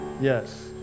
yes